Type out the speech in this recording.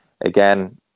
again